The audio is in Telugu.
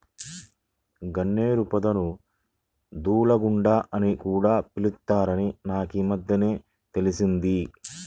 గన్నేరు పొదను దూలగుండా అని కూడా పిలుత్తారని నాకీమద్దెనే తెలిసింది